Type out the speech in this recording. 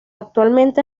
actualmente